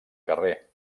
carrer